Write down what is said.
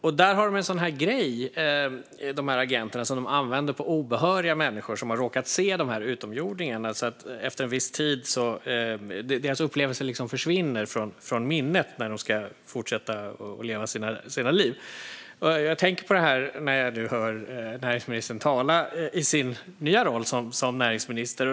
Agenterna har en grej som de använder på obehöriga människor som har råkat se utomjordingarna. Efter en viss tid försvinner deras upplevelser från minnet när de ska fortsätta att leva sina liv. Jag tänker på det när jag nu hör näringsministern tala i sin nya roll som näringsminister.